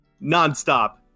nonstop